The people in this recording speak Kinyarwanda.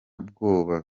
bwoba